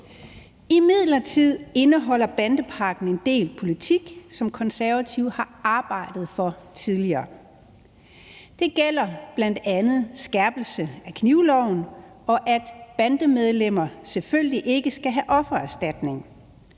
Imidlertid indeholder bandepakken en del politik, som Konservative har arbejdet for tidligere. Det gælder bl.a. skærpelse af knivloven, og at bandemedlemmer selvfølgelig ikke skal have offererstatning.